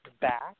back